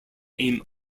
aim